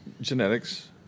genetics